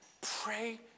pray